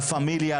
לה פמילייה,